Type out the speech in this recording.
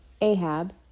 Ahab